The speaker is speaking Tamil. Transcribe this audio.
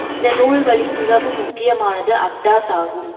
இந்த நூல்களில் மிகவும் முக்கியமானது அக் டாஸ் ஆகும்